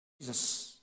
Jesus